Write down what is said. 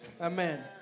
Amen